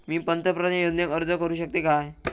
मी पंतप्रधान योजनेक अर्ज करू शकतय काय?